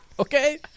Okay